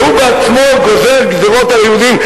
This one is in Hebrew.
והוא בעצמו גוזר גזירות על היהודים.